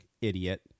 idiot